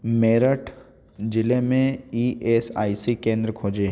मेरठ ज़िले में E S I C केंद्र खोजें